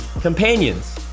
companions